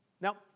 Now